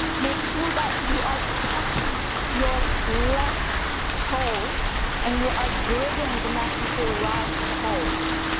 make sure that you are tucking your left toes and you are gripping the mat with your right toes,